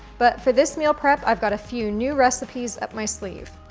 but for this meal prep, i've got a few new recipes up my sleeve.